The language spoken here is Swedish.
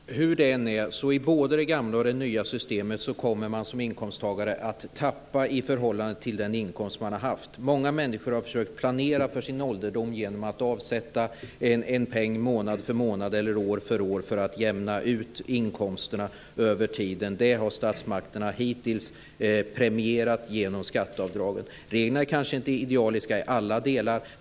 Fru talman! Hur det än är så kommer man som inkomsttagare både i det nya och i det gamla systemet att tappa i förhållande till den inkomst man har haft. Många människor har försökt planera för sin ålderdom genom att avsätta en peng månad för månad eller år för år för att jämna ut inkomsterna över tiden. Det har statsmakterna hittills premierat genom skatteavdragen. Reglerna kanske inte är idealiska i alla delar.